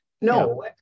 No